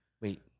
Wait